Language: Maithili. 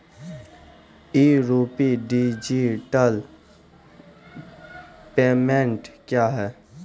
ई रूपी डिजिटल पेमेंट क्या हैं?